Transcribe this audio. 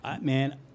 Man